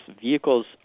vehicles